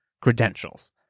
credentials